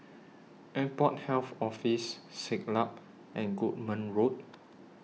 Airport Health Office Siglap and Goodman Road